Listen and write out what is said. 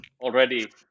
Already